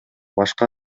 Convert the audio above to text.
башка